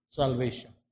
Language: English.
salvation